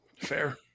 Fair